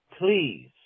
please